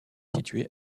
situé